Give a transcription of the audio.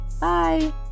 Bye